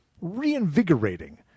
reinvigorating